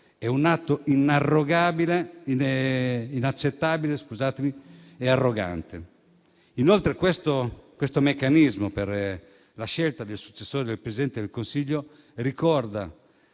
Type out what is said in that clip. È un atto inaccettabile e arrogante. Inoltre, questo meccanismo per la scelta del successore del Presidente del Consiglio ricorda